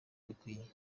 bikwiye